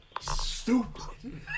Stupid